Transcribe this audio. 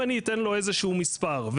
בגלל שאם אתה היית מנפיק מספר אחד,